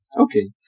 Okay